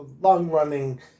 long-running